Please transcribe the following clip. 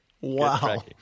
Wow